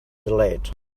delayed